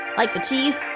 like the cheese?